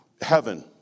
heaven